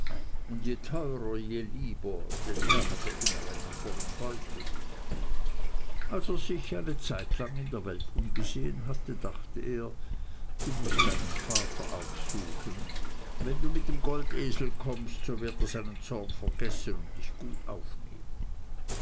und je teurer je lieber denn er hatte immer einen vollen beutel als er sich eine zeitlang in der welt umgesehen hatte dachte er du mußt deinen vater aufsuchen wenn du mit dem goldesel kommst so wird er seinen zorn vergessen und dich gut aufnehmen